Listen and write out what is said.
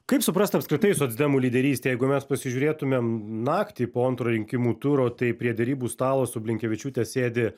kaip suprast apskritai socdemų lyderystę jeigu mes pasižiūrėtumėm naktį po antro rinkimų turo tai prie derybų stalo su blinkevičiūte sėdi